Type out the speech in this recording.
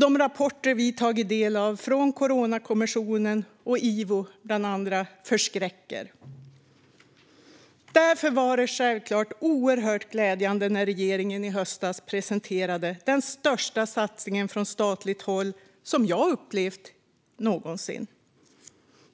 De rapporter vi tagit del av från Coronakommissionen och IVO, bland andra, förskräcker. Därför var det självklart oerhört glädjande när regeringen i höstas presenterade den största satsningen från statligt håll som jag upplevt någonsin.